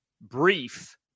brief